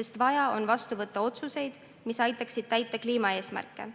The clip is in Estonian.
sest vaja on vastu võtta otsuseid, mis aitaksid täita kliimaeesmärke.